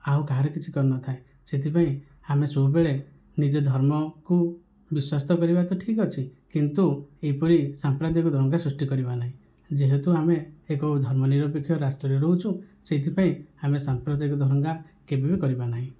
ଆଉ କାହାର କିଛି କରିନଥାଏ ସେଥିପାଇଁ ଆମେ ସବୁବେଳେ ନିଜ ଧର୍ମକୁ ବିଶ୍ଵାସ ତ କରିବା ତ ଠିକ୍ ଅଛି କିନ୍ତୁ ଏହିପରି ସାମ୍ପ୍ରଦାୟକ ଦଙ୍ଗା ସୃଷ୍ଟି କରିବା ନାହିଁ ଯେହେତୁ ଆମେ ଏକ ଧର୍ମ ନିରପେକ୍ଷ ରାଷ୍ଟ୍ରରେ ରହୁଛୁ ସେଥିପାଇଁ ଆମେ ସାମ୍ପ୍ରଦାୟକ ଦଙ୍ଗା କେବେବି କରିବା ନାହିଁ